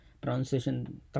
pronunciation